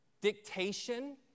dictation